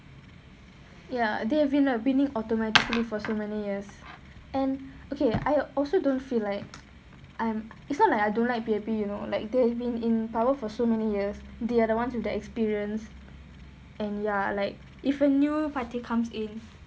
ya they have been like winning automatically for so many years and okay I also don't feel like I'm it's not like I don't like P_A_P you know like they've been in power for so many years they are the ones with the experience and ya like if a new party comes in